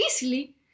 easily